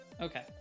Okay